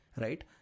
right